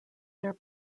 their